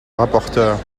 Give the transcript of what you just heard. rapporteur